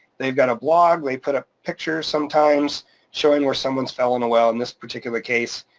they've got a blog, they put up pictures sometimes showing where someone's fell in a well, in this particular case,